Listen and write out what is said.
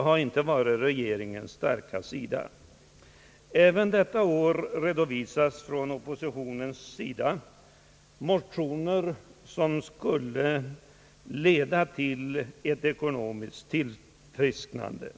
har inte varit regeringens starka sida, även om det detta år från oppositionen redovisas motioner som skulle leda till ett ekonomiskt tillfrisknande.